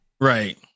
right